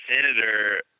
senator